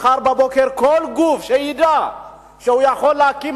מחר בבוקר כל גוף שידע שהוא יכול להקים